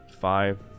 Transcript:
five